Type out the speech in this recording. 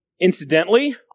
Incidentally